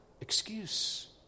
excuse